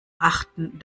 achten